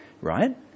right